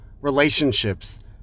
relationships